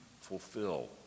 fulfill